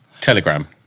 Telegram